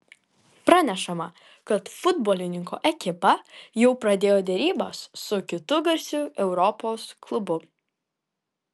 pranešama kad futbolininko ekipa jau pradėjo derybas su kitu garsiu europos klubu